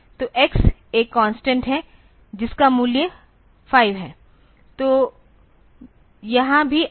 तो X एक constant है जिसका मूल्य 5 है तो यहाँ भी आप